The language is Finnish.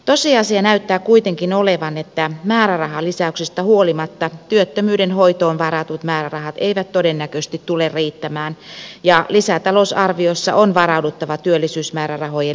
tosiasia näyttää kuitenkin olevan että määrärahalisäyksistä huolimatta työttömyyden hoitoon varatut määrärahat eivät todennäköisesti tule riittämään ja lisätalousarviossa on varauduttava työllisyysmäärärahojen lisäämiseen